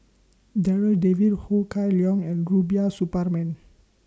Darryl David Ho Kah Leong and Rubiah Suparman